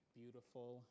beautiful